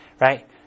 right